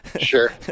Sure